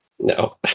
no